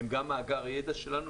הם גם מאגר הידע שלנו.